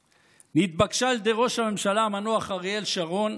התבקשה על ידי ראש הממשלה המנוח אריאל שרון,